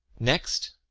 next,